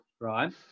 right